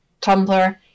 Tumblr